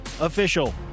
official